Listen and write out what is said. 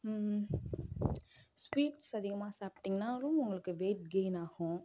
sweets அதிகமாக சாப்பிடிங்கனாலும் உங்களுக்கு வெயிட் கெயின் ஆகும்